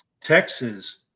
Texas